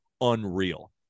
unreal